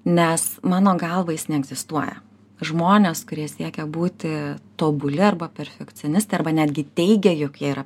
nes mano galva jis neegzistuoja žmonės kurie siekia būti tobuli arba perfekcionistai arba netgi teigia jog jie yra